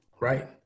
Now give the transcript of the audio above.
right